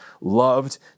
loved